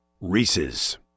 Reese's